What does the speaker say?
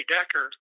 Decker